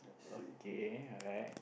okay alright